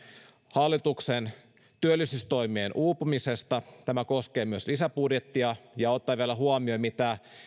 hallituksen työllisyystoimien uupumisesta tämä koskee myös lisäbudjettia ja kun ottaa vielä huomioon mitä